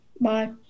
bye